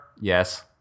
Yes